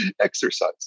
Exercise